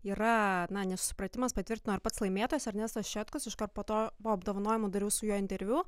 yra na nesusipratimas patvirtino ir pats laimėtojas ernestas šetkus iškart po to po apdovanojimų dariau su juo interviu